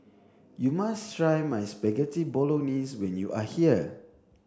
you must try my Spaghetti Bolognese when you are here